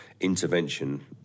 Intervention